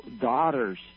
daughters